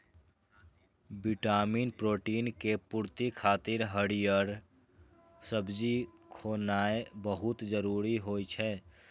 vitamin, protein के पूर्ति खातिर हरियर सब्जी खेनाय बहुत जरूरी होइ छै